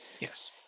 Yes